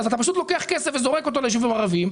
אתה פשוט לוקח כסף וזורק אותו ליישובים הערביים.